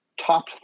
top